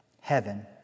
heaven